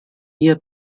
hier